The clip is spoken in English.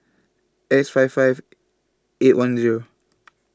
X five five eight one Zero